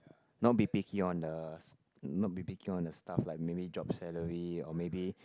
not B B key on the not B B key on the stuff like maybe job salary or maybe